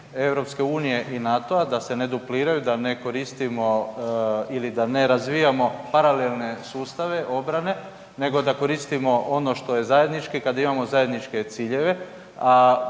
razini EU i NATO-a da se ne dupliraju da ne koristimo ili da ne razvijamo paralelne sustave obrane nego da koristimo ono što je zajednički kad imamo zajedničke ciljeve, a